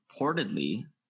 reportedly